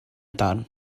darn